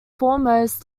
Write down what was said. foremost